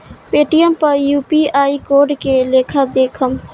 Paytm पर UPI code के लेखा देखम?